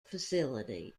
facility